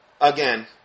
again